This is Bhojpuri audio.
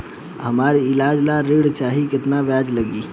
हमका ईलाज ला ऋण चाही केतना ब्याज लागी?